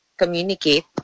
communicate